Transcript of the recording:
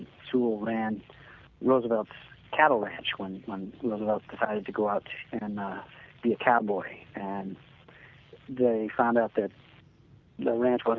sewall ran roosevelt's cattle ranch when when roosevelt decided to go out and and be a cowboy and there he found out that the ranch but